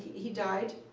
he died,